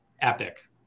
Epic